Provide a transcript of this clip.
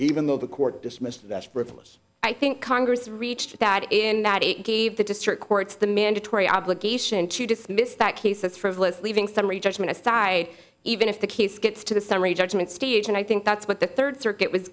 even though the court dismissed replies i think congress reached that in that it gave the district courts the mandatory obligation to dismiss that case that's frivolous leaving summary judgment aside even if the case gets to the summary judgment stage and i think that's what the third circuit was